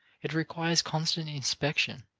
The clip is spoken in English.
it requires constant inspection,